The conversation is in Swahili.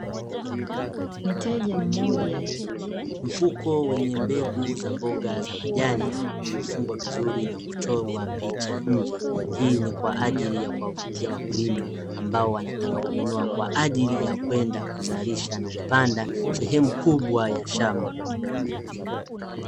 Mfuko wenye mbegu za mboga za majani, uliofungwa vizuri na kuchorwa picha nje. Hii ni kwa ajili ya kuwavutia wakulima ambao wanataka kununua kwa ajili ya kwenda, kuzalisha na kupanda sehemu kubwa ya shamba.